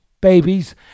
babies